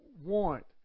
want